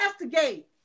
investigate